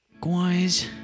Guys